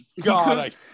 God